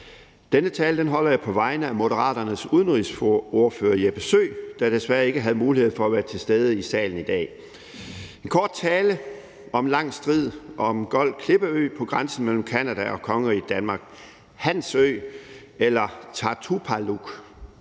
Denne tale holder jeg på vegne af Moderaternes udenrigsordfører, Jeppe Søe, der desværre ikke havde mulighed for at være til stede i salen i dag. Det er en kort tale om en lang strid om en gold klippeø på grænsen mellem Canada og kongeriget Danmark, Hans Ø eller Tartupaluk